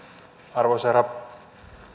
arvoisa herra